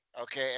Okay